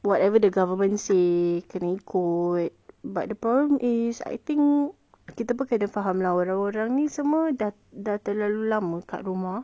whatever the government say kena ikut but the problem is I think kita pun kena faham orang-orang ni semua dah dah terlalu lama dekat rumah